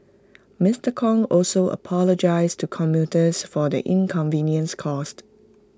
Mister Kong also apologised to commuters for the inconvenience caused